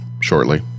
shortly